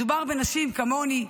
מדובר בנשים כמוני,